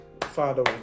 Father